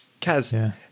kaz